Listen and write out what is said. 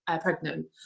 pregnant